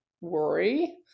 worry